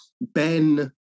Ben